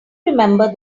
remember